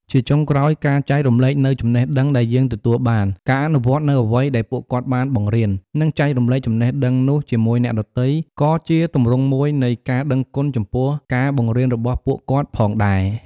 ជាចុងក្រោយ ការចែករំលែកនូវចំណេះដឹងដែលយើងទទួលបាន ការអនុវត្តនូវអ្វីដែលពួកគាត់បានបង្រៀន និងចែករំលែកចំណេះដឹងនោះជាមួយអ្នកដទៃ ក៏ជាទម្រង់មួយនៃការដឹងគុណចំពោះការបង្រៀនរបស់ពួកគាត់ផងដែរ។